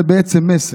זה בעצם מסר,